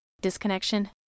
disconnection